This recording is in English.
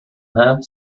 have